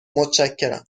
متشکرم